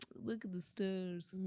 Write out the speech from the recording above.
look at the stars.